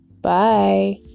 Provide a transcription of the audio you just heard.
Bye